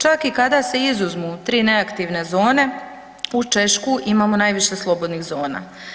Čak i kada se izuzmu 3 neaktivne zone, uz Češku, imamo najviše slobodnih zona.